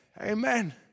Amen